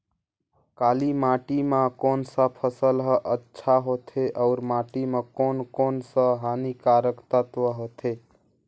काली माटी मां कोन सा फसल ह अच्छा होथे अउर माटी म कोन कोन स हानिकारक तत्व होथे?